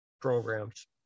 programs